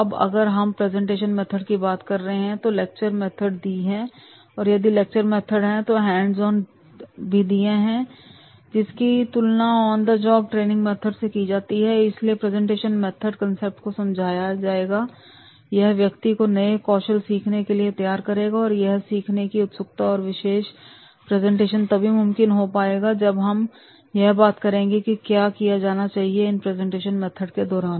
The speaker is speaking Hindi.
अब अगर हम प्रेजेंटेशन मेथड की बात कर रहे हैं तो लेक्चर मेथड दी है और यदि लेक्चर मेथड है तो हैंड्स ऑन दीदी भी है जिसकी तुलना on the job training method से भी की जाती है इसलिए प्रेजेंटेशन मेथड कंसेप्ट को समझाएगा यह व्यक्ति को नए कौशल सीखने के लिए तैयार करेगा पर यह सीखने की उत्सुकता और विशेष प्रेजेंटेशन तभी मुमकिन हो पाएगी जब हम यह बात करेंगे कि क्या किया जाना चाहिए इन प्रेजेंटेशन मेथड के दौरान